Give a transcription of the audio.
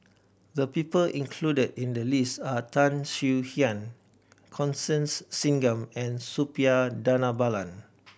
the people included in the list are Tan Swie Hian Constance Singam and Suppiah Dhanabalan